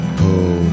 pull